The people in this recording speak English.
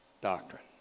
doctrine